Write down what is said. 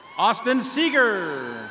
austin seeger.